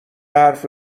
حرف